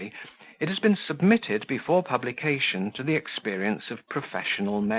it has been submitted before publication to the experience of professional men.